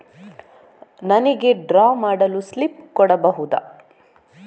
ನನಿಗೆ ಡ್ರಾ ಮಾಡಲು ಸ್ಲಿಪ್ ಕೊಡ್ಬಹುದಾ?